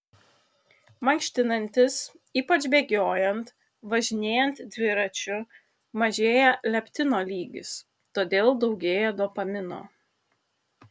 mankštinantis ypač bėgiojant važinėjant dviračiu mažėja leptino lygis todėl daugėja dopamino